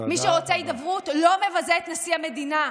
מי שרוצה הידברות לא מבזה את נשיא המדינה,